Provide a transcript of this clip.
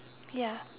ya